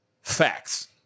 Facts